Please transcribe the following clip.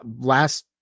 Last